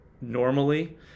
normally